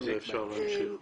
אם לא, אפשר להמשיך.